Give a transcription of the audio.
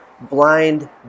blind